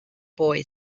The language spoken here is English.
boy